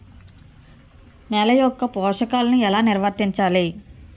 నెల యెక్క పోషకాలను ఎలా నిల్వర్తించాలి